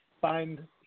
find